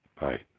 Bye